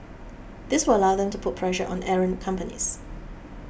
this will allow them to put pressure on errant companies